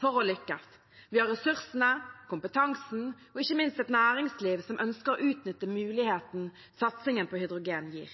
for å lykkes. Vi har ressursene, kompetansen og ikke minst et næringsliv som ønsker å utnytte muligheten satsingen på hydrogen gir.